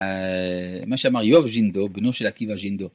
מה שאמר יוב ג'ינדו בנו של עקיבא ג'ינדו.